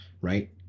right